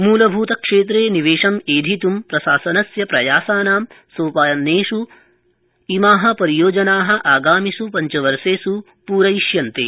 मूलभूतक्षेत्रे निवेशमेधित् प्रशासनस्य प्रयासासनां सोपानेष् इमा परियोजना आगामिष् पञ्चवर्षेष् प्रयिष्यन्ते